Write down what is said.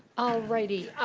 alrighty,